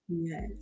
Yes